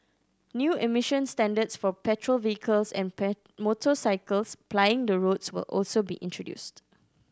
new emission standards for petrol vehicles and motorcycles plying the roads will also be introduced